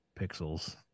pixels